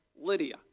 Lydia